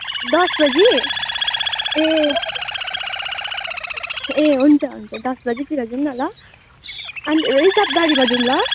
दस बजी ए ए हुन्छ हुन्छ दस बजीतिर जाऔँ न ल अन्त रिजर्भ गाडीमा जाऔँ ल